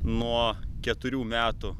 nuo keturių metų